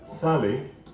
Sally